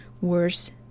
worse